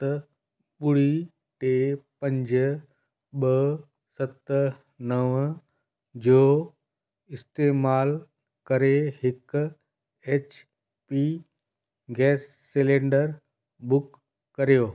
सत ॿुड़ी टे पंज ॿ सत नव जो इस्तेमालु करे हिकु H P gas cylinder book करियो